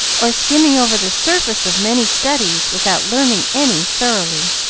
or skimming over the surface of many studies without learning any thoroughly.